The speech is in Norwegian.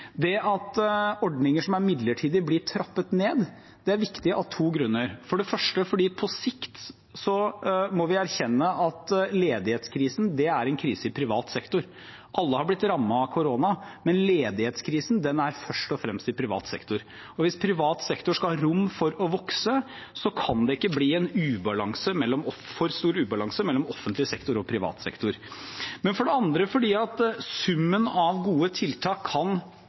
Det at ordninger som er midlertidige, blir trappet ned, er viktig av to grunner. For det første: På sikt må vi erkjenne at ledighetskrisen er en krise i privat sektor. Alle har blitt rammet av korona, men ledighetskrisen er først og fremst i privat sektor. Hvis privat sektor skal ha rom for å vokse, kan det ikke bli en for stor ubalanse mellom offentlig sektor og privat sektor. For det andre: Summen av gode tiltak kan